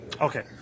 Okay